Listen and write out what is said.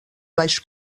baix